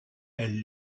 elle